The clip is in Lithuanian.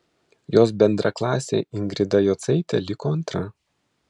jos bendraklasė ingrida jocaitė liko antra